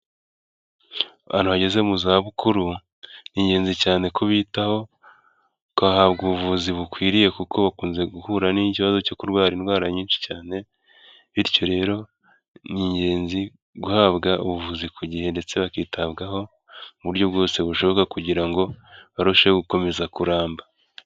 Abantu bageze mu zabukuru n'ingenzi cyane kubitaho bagahabwa ubuvuzi bukwiriye kuko bakunze guhura n'ikibazo cyo kurwara indwara nyinshi cyane bityo rero n'ingenzi guhabwa ubuvuzi ku gihe ndetse bakitabwaho mu buryo bwose bushoboka kugira ngo barusheho gukomeza kuramba.